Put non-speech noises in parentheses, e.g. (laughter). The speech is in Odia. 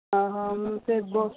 ମୁଁ ସେ (unintelligible)